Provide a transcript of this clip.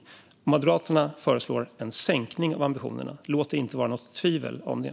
Moderaterna föreslår en sänkning av ambitionerna. Låt det inte vara något tvivel om det!